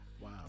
Wow